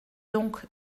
donc